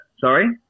sorry